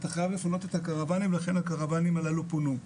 אתה חייב לפנות את הקרוואנים ולכן הקרוואנים האלו פונו.